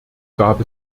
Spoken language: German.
gab